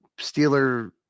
Steeler